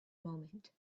moment